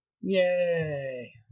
yay